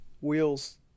wheels